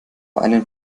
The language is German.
einen